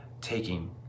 taking